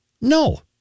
No